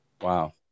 Wow